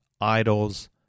idols